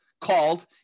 called